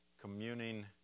communing